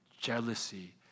Jealousy